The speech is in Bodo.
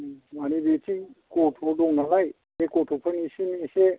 माने बेथिं गथ' दं नालाय बे गथ'फोरनिसिम एसे